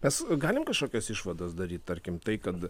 mes galim kažkokias išvadas daryt tarkim tai kad